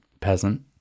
peasant